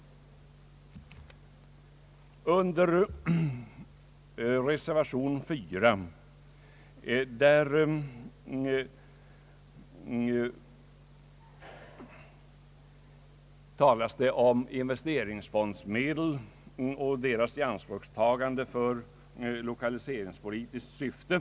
I reservation 4 talas det om investeringsfondsmedel och deras ianspråktagande i lokaliseringspolitiskt syfte.